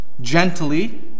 gently